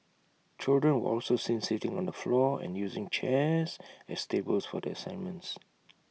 children were also seen sitting on the floor and using chairs as tables for their assignments